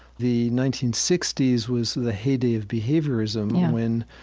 the nineteen sixty s was the heyday of behaviorism, when